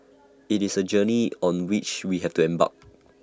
IT is A journey on which we have to embarked